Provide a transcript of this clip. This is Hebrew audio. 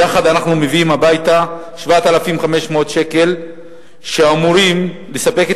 יחד אנחנו מביאים הביתה 7,500 שקל שאמורים לספק את